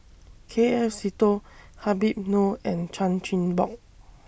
K F Seetoh Habib Noh and Chan Chin Bock